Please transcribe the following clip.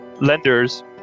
lenders